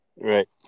Right